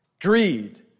Greed